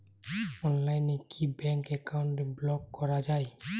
অনলাইনে কি bank account block করা য়ায়?